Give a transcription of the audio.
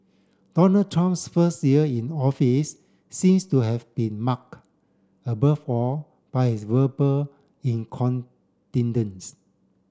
Donald Trump's first year in office seems to have been marked above all by his verbal incontinence